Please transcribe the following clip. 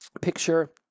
picture